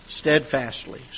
steadfastly